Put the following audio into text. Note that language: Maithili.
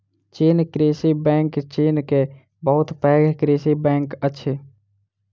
चीन कृषि बैंक चीन के बहुत पैघ कृषि बैंक अछि